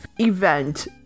event